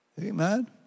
Amen